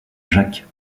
jacques